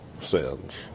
sins